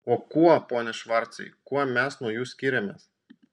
o kuo pone švarcai kuo mes nuo jų skiriamės